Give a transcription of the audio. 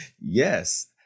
Yes